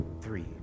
three